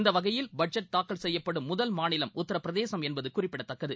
இந்த வகையில் பட்ஜெட் தாக்கல் செய்யப்படும் முதல் மாநிலம் உத்திரபிரதேசம் என்பது குறிப்பிடத்தக்கது